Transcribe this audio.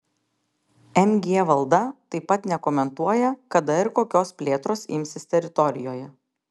mg valda taip pat nekomentuoja kada ir kokios plėtros imsis teritorijoje